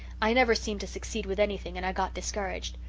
i never seemed to succeed with anything and i got discouraged.